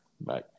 Bye